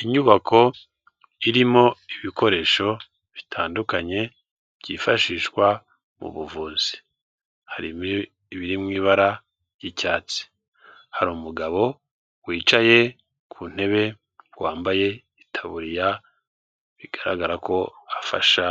Inyubako irimo ibikoresho bitandukanye byifashishwa mu buvuzi hari ibiri mu ibara ry'icyatsi hari umugabo wicaye ku ntebe wambaye itaburiya bigaragara ko afasha